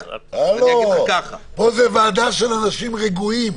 הלו, פה זה ועדה של אנשים רגועים.